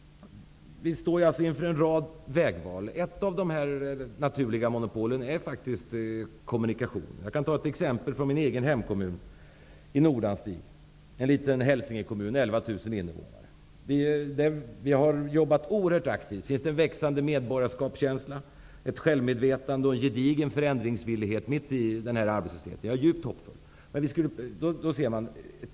Vi står inför en rad vägval. Ett av de naturliga monopolen är faktiskt kommunikationer. Jag kan ta ett exempel från min egen hemkommun, Nordanstig. Det är en liten Hälsingekommun med 11 000 invånare. Vi har jobbat oerhört aktivt där. Det finns en växande medborgarskapskänsla, ett självmedvetande och en gedigen förändringsvilja mitt i arbetslösheten. Jag är djupt hoppfull.